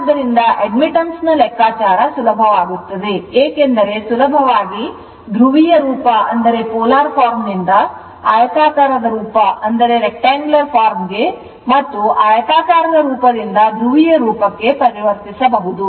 ಆದ್ದರಿಂದ admittance ನ ಲೆಕ್ಕಾಚಾರ ಸುಲಭವಾಗುತ್ತದೆ ಏಕೆಂದರೆ ಸುಲಭವಾಗಿ ಧ್ರುವೀಯ ರೂಪದಿಂದ ಆಯತಾಕಾರದ ರೂಪಕ್ಕೆ ಆಯತಾಕಾರದ ರೂಪದಿಂದ ಧ್ರುವೀಯ ರೂಪಕ್ಕೆ ಪರಿವರ್ತಿಸಬಹುದು